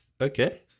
okay